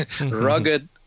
rugged